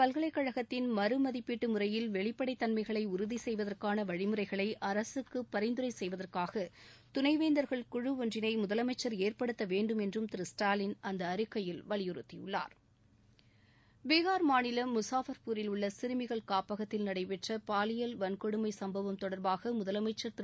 பல்கலைக் கழகத்தின் மறுமதிப்பீட்டு முறையில் வெளிப்படைத்தன்மைகளை உறுதி இந்த செய்வதற்கான வழிமுறைகளை அரசுக்கு பரிந்துரை செய்வதற்காக துணைவேந்தர்கள் குழு ஒன்றினை முதலமைச்சர் ஏற்படுத்த வேண்டும் என்றும் திரு ஸ்டாலின் அந்த அறிக்கையில் வலியுறுத்தியுள்ளார் பீஹா் மாநிலம் முஸாஃபா்பூரில் உள்ள சிறுமிகள் காப்பகத்தில் நடைபெற்ற பாலியல் வன்கொடுமை சும்பவம் தொடர்பாக முதமைச்ச் திரு